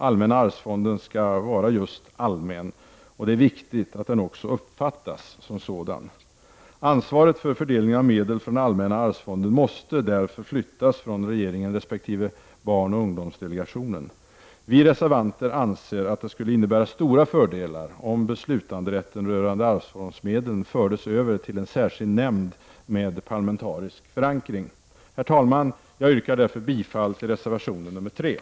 Allmänna arvsfonden skall vara just allmän, och det är viktigt att den också uppfattas som sådan. Ansvaret för fördelningen av medel från allmänna arvsfonden måste därför flyttas från regeringen resp. barnoch ungdomsdelegationen. Vi reservanter anser att det skulle innebära stora fördelar om beslutanderätten rörande arvsfondsmedlen fördes över till en särskild nämnd med parlamentarisk förankring. Herr talman! Jag yrkar därför bifall till reservation nr 2.